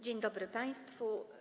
Dzień dobry państwu.